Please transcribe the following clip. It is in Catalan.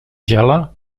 gela